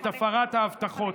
את הפרת ההבטחות?